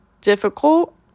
difficult